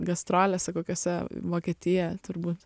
gastrolėse kokiose vokietijoje turbūt